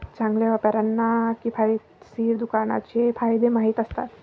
चांगल्या व्यापाऱ्यांना किफायतशीर दुकानाचे फायदे माहीत असतात